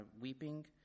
weeping